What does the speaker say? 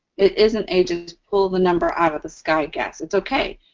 it isn't a just pull the number out of the sky guess. it's okay.